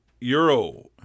Euro